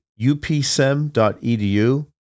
upsem.edu